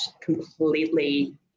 completely